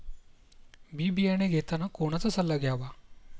बी बियाणे घेताना कोणाचा सल्ला घ्यावा?